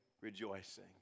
rejoicing